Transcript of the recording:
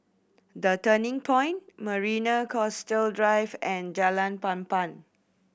The Turning Point Marina Coastal Drive and Jalan Papan